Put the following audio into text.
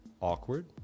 Awkward